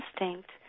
instinct